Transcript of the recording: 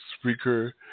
speaker